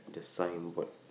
the signboard